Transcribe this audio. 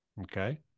Okay